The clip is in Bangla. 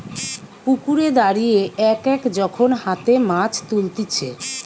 পুকুরে দাঁড়িয়ে এক এক যখন হাতে মাছ তুলতিছে